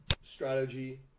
strategy